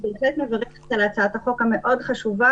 אני בהחלט מברכת על הצעת החוק המאוד חשובה,